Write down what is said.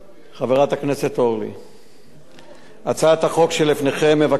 הצעת החוק שלפניכם מבקשת לקבוע כי לא תהיה מניעה להסמיך אדם